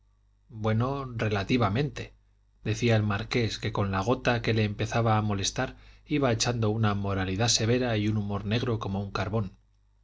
bueno bueno relativamente decía el marqués que con la gota que le empezaba a molestar iba echando una moralidad severa y un humor negro como un carbón